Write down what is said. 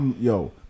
yo